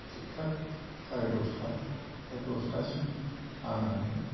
थिग थाग साराइ दसथा बा दसथासिम हानानै